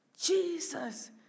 Jesus